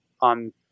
on